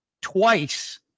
twice